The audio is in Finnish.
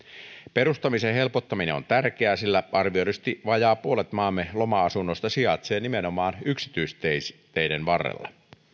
perustamisen helpottaminen on tärkeää sillä arvioidusti vajaa puolet maamme loma asunnoista sijaitsee nimenomaan yksityisteiden varrella